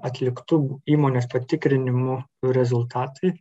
atliktų įmonės patikrinimų rezultatai